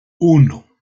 uno